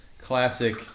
classic